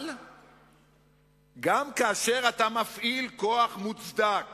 אבל גם כאשר אתה מפעיל כוח מוצדק